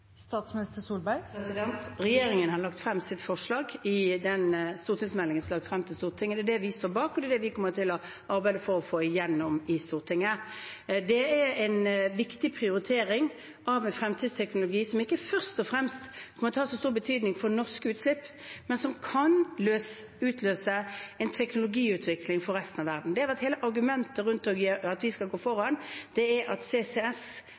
Regjeringen har lagt frem sitt forslag i en melding som er lagt frem for Stortinget. Det er det vi står bak, og det er det vi kommer til å arbeide for å få gjennom i Stortinget. Det er en viktig prioritering av en fremtidsteknologi som ikke først og fremst kommer til å ha så stor betydning for norske utslipp, men som kan utløse en teknologiutvikling for resten av verden. Det som har vært hele argumentet rundt at vi skal gå foran, er at CCS,